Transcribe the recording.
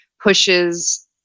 pushes